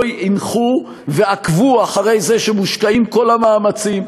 לא הנחו ועקבו אחרי זה שמושקעים כל המאמצים,